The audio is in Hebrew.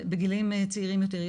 בגילאים צעירים יותר,